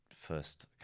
first